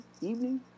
evening